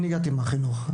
מהחינוך.